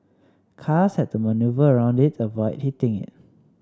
cars had to manoeuvre around it to avoid hitting it